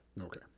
Okay